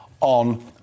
on